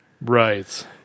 Right